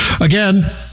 Again